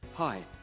Hi